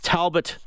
Talbot